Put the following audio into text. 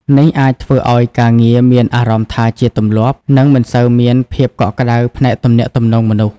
នេះអាចធ្វើឱ្យការងារមានអារម្មណ៍ថាជាទម្លាប់ និងមិនសូវមានភាពកក់ក្តៅផ្នែកទំនាក់ទំនងមនុស្ស។